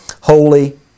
Holy